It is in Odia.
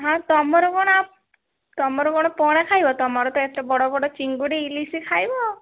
ହଁ ତୁମର କ'ଣ ତୁମର କ'ଣ ପୋହଳା ଖାଇବ ତୁମର ତ ଏତେ ବଡ଼ ବଡ଼ ଚିଙ୍ଗୁଡ଼ି ଇଲିଶି ଖାଇବ